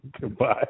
Goodbye